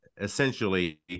essentially